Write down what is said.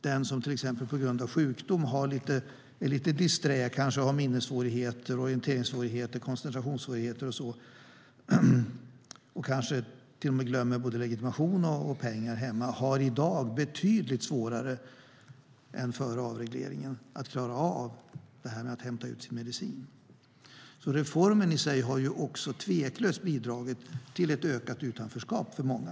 Den som på grund av sjukdom är lite disträ eller lider av minnes-, orienterings och koncentrationssvårigheter och som kanske glömmer både legitimation och pengar hemma har det i dag betydligt svårare än före avregleringen att klara av att hämta ut sin medicin. Reformen i sig har också tveklöst bidragit till ett ökat utanförskap för många.